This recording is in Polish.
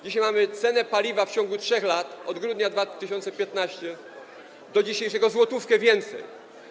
Dzisiaj mamy cenę paliwa - w ciągu 3 lat, od grudnia 2015 r. do dzisiaj - o złotówkę większą.